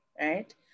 right